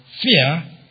fear